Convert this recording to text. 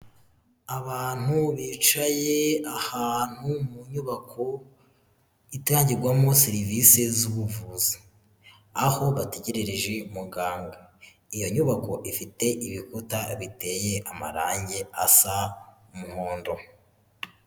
Abantu bicaye ahantu mu nyubako itangirwamo serivisi z'ubuvuzi. Aho bategererereje muganga. Iyo nyubako ifite ibikuta biteye amarange asa umuhondo.